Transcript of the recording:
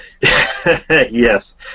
Yes